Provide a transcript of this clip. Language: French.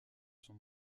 son